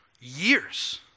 years